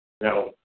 Now